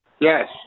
yes